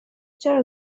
چرا